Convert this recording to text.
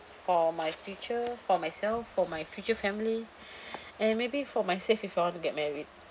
for my future for myself for my future family and maybe for myself if I want to get married